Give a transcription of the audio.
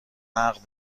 عقد